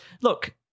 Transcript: look